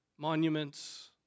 Monuments